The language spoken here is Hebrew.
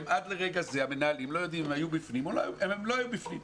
עד לרגע זה המנהלים לא יודעים אם היו בפנים או אם הם לא היו בפנים.